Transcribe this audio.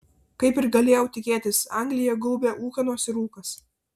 kaip ir galėjau tikėtis angliją gaubė ūkanos ir rūkas